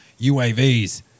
UAVs